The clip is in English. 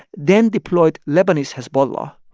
then deployed lebanese hezbollah,